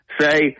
say